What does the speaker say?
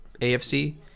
AFC